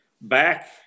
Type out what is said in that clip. back